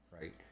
right